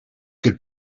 could